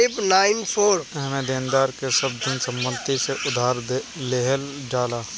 एमे देनदार के सब धन संपत्ति से उधार लेहल जाला